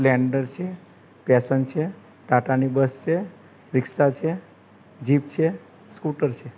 Splendor છે Passion છે ટાટાની બસ છે રીક્ષા છે જીપ છે સ્કૂટર છે